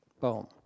boom